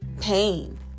pain